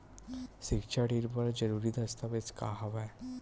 सिक्छा ऋण बर जरूरी दस्तावेज का हवय?